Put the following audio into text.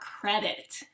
credit